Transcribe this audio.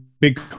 big